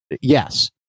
yes